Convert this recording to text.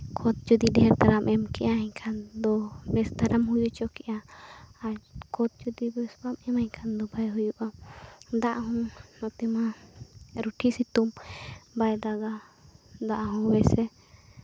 ᱠᱷᱚᱛ ᱡᱩᱫᱤ ᱰᱷᱮᱨ ᱫᱷᱟᱨᱟᱢ ᱮᱢ ᱠᱮᱫᱟ ᱮᱱᱠᱷᱟᱱ ᱫᱚ ᱵᱮᱥ ᱫᱷᱟᱨᱟᱢ ᱦᱩᱭ ᱦᱚᱪᱚ ᱠᱮᱜᱼᱟ ᱟᱨ ᱡᱩᱫᱤ ᱠᱷᱚᱛ ᱵᱮᱥ ᱵᱟᱢ ᱮᱢᱟᱭ ᱠᱷᱟᱡ ᱫᱚ ᱵᱟᱝ ᱦᱩᱭᱩᱜᱼᱟ ᱫᱟᱜ ᱦᱚᱸ ᱱᱚᱛᱮ ᱢᱟ ᱨᱩᱴᱷᱤ ᱥᱤᱛᱩᱝ ᱵᱟᱭ ᱫᱟᱜᱟ ᱫᱟᱜ ᱦᱚᱸ ᱵᱮᱥ ᱮ